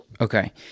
Okay